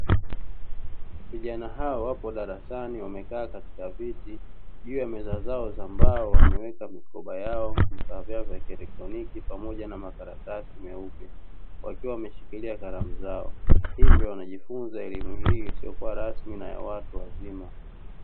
Vijana hawa wapo darasani, wamekaa katika viti, juu ya meza zao za mbao, wameweka mikoba yao, vifaa vyao vya kielektroniki pamoja na makaratasi meupe, wakiwa wameshikilia kalamu zao. Hivyo wanajifunza elimu hii isiyo kuwa rasmi na ya watu wazima.